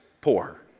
poor